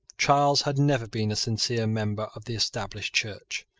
charles had never been a sincere member of the established church.